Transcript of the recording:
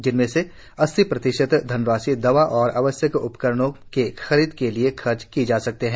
जिसमें से अस्सी प्रतिशत धनराशि दवा और आवश्यक उपकरणों के खरीद के लिए खर्च किए जा सकते है